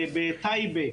בטייבה,